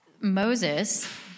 Moses